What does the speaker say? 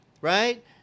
Right